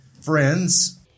friends